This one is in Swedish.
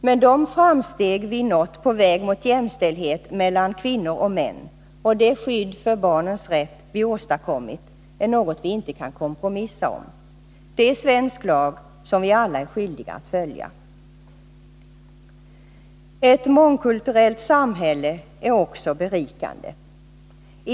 Men de framsteg vi har nått på väg mot jämställdhet mellan kvinnor och män och det skydd för barnens rätt vi har åstadkommit är något vi inte kan kompromissa om. Det är svensk lag, som vi alla är skyldiga att följa. Ett mångkulturellt samhälle är också berikande.